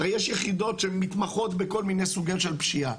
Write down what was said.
יש יחידות שמתמחות בכל מיני סוגים של פשיעה.